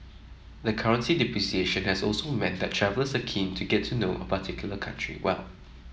the currency depreciation has also meant that travellers are keen to get to know a particular country well